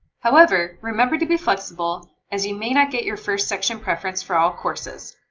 however, remember to be flexible, as you may not get your first section preference for all courses.